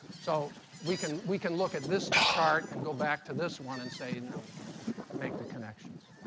so we can we can look at this chart and go back to this one and say, and now we can make the connections.